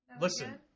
Listen